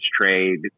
trade